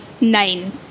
nine